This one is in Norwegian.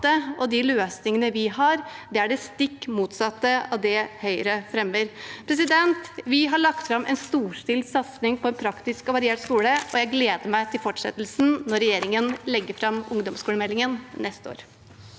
og de løsningene vi har, er det stikk motsatte av det Høyre fremmer. Vi har lagt fram en storstilt satsing på en praktisk og variert skole, og jeg gleder meg til fortsettelsen når regjeringen legger fram ungdomsskolemeldingen neste år.